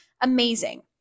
amazing